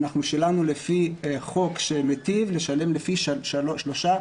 שילמנו לפי חוק שמיטיב לשלם לפי שלושה